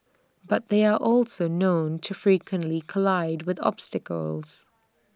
but they are also known to frequently collide with obstacles